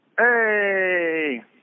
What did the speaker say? Hey